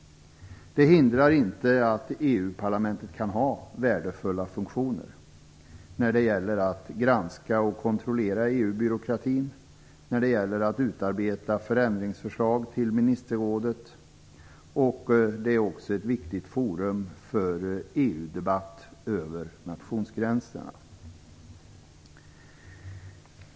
Det hindrar inte att EU-parlamentet kan ha värdefulla funktioner när det gäller att granska och kontrollera EU-byråkratin och utarbeta förändringsförslag till ministerrådet. Det är också ett viktigt forum för EU-debatt över nationsgränserna.